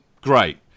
great